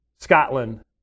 Scotland